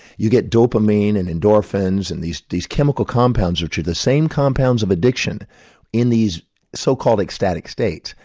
you get dopamine and endorphins, and these these chemical compounds, which are the same compounds of addiction in these so-called ecstatic states,